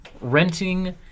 renting